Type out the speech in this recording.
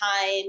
time